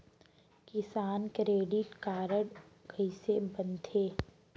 किसान credit card कइसे बनथे?